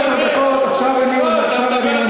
לא, אתה כבר דיברת עשר דקות, עכשיו אני עונה.